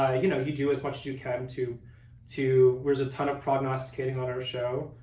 ah you know you do as much as you can to to there's a ton of prognosticating on our show.